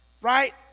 right